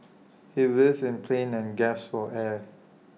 he writhed in pain and gasped for air